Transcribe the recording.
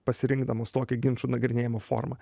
pasirinkdamos tokią ginčų nagrinėjimo formą